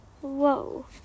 Whoa